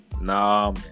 nah